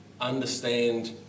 understand